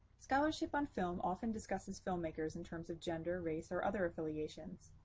scholarship on film often discusses filmmakers in terms of gender, race, or other affiliations.